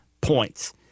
points